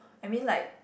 I mean like